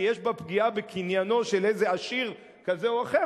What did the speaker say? כי יש בה פגיעה בקניינו של איזה עשיר כזה או אחר,